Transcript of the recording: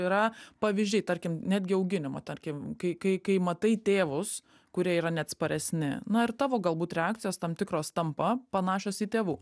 yra pavyzdžiai tarkim netgi auginimo tarkim kai kai matai tėvus kurie yra neatsparesni na ir tavo galbūt reakcijos tam tikros tampa panašios į tėvų